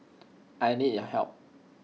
I need your help